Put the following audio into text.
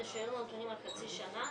שהיו לנו נתונים על חצי שנה,